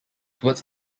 towards